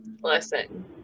Listen